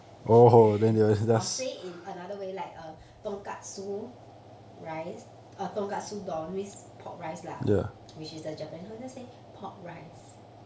I'll say it in another way like tonkatsu rice err tonkatsu don means pork rice lah which is the japanese one I just say pork rice